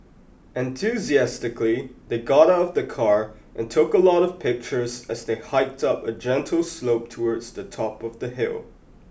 enthusiastically they got out of the car and took a lot of pictures as they hiked up a gentle slope towards the top of the hill